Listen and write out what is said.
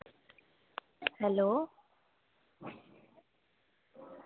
hello